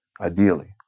ideally